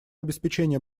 обеспечения